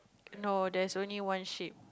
no there's only one sheep